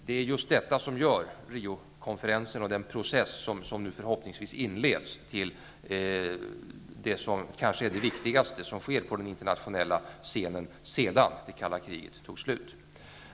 Det är just detta som gör Riokonferensen och den process som nu förhoppningsvis inleds till det som kanske är det viktigaste som sker på den internationella scenen sedan det kalla kriget tog slut.